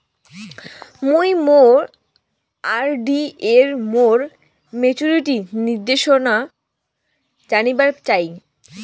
মুই মোর আর.ডি এর মোর মেচুরিটির নির্দেশনা জানিবার চাই